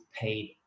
paid